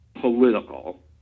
political